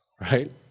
right